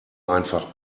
einfach